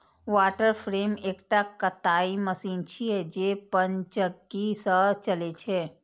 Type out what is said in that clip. water frame एकटा कताइ machine छियै, जे पनचक्की सं चलै छै